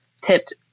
tipped